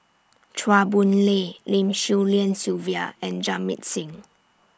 Chua Boon Lay Lim Swee Lian Sylvia and Jamit Singh